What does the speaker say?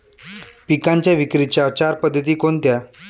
पिकांच्या विक्रीच्या चार पद्धती कोणत्या?